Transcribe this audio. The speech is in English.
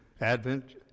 Advent